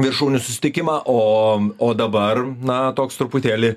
viršūnių susitikimą o o dabar na toks truputėlį